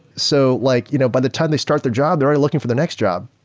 so like you know by the time they start their job, they're already looking for their next job.